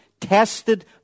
tested